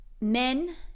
men